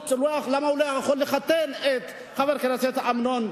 למה הוא לא יכול לחתן את הבת של חבר הכנסת אמנון?